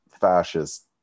fascist